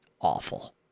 Awful